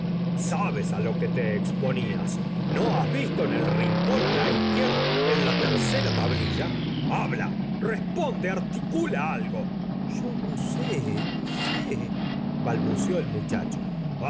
sabes á lo que te exponías n o has visto en el rincón á la i quierda en la tercera tablilla habla responde articula algo y o no sé balbuceó el muchacho